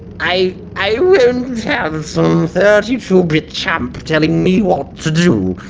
i i won't have some thirty-two-bit chump telling me what to do.